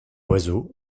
oiseau